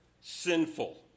sinful